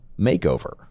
makeover